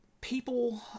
people